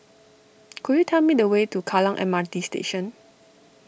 could you tell me the way to Kallang M R T Station